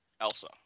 Elsa